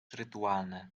rytualne